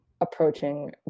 approaching